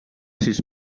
sis